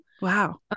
wow